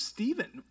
Stephen